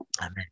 Amen